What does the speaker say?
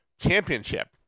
championship